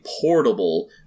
portable